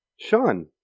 Sean